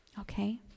Okay